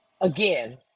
Again